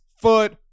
foot